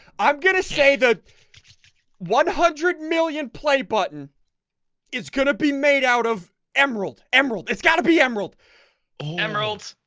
i'm going to say that one hundred million play button is going to be made out of emerald emerald it's got to be emerald emerald